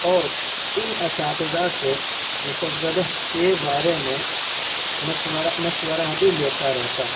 اور ان اساتذہ سے مسودہ کے بارے میں مشورہ مشورہ بھی لیتا رہتا ہوں